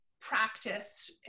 practice